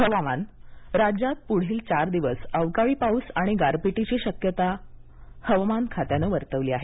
हवामान राज्यात पुढील चार दिवस अवकाळी पाऊस आणि गारपीटीची शक्यता हवामान खात्याने वर्तवली आहे